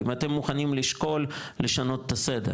אם אתם מוכנים לשקול לשנות את הסדר,